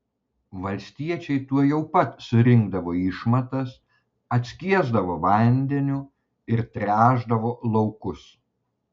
valstiečiai tuojau pat surinkdavo išmatas atskiesdavo vandeniu ir tręšdavo laukus